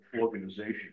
organization